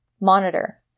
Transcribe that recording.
Monitor